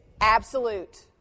absolute